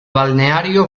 balneario